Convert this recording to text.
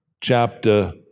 chapter